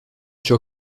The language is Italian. ciò